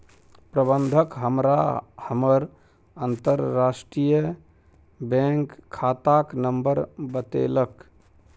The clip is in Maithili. प्रबंधक हमरा हमर अंतरराष्ट्रीय बैंक खाताक नंबर बतेलक